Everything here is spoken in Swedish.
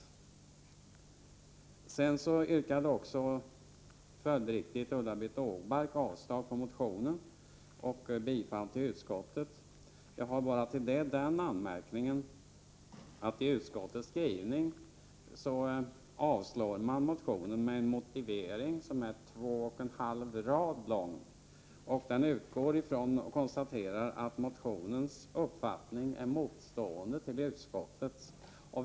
3 Följdriktigt yrkade Ulla-Britt Åbark avslag på vår motion och bifall till utskottets hemställan. Jag har bara den anmärkningen att göra, att utskottets skrivning avstyrker motionen med en motivering som är två och en halv rad lång. Den utgår från att motionens uppfattning är motstående utskottets.